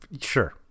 Sure